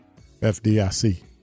FDIC